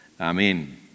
Amen